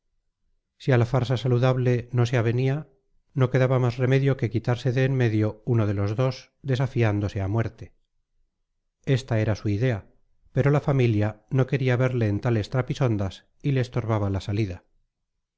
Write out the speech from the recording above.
a la farsa saludable no se avenía no quedaba más remedio que quitarse de en medio uno de los dos desafiándose a muerte esta era su idea pero la familia no quería verle en tales trapisondas y le estorbaba la salida